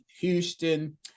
Houston